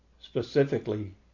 specifically